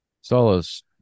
Solo's